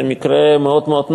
זה מקרה מאוד מאוד נוח,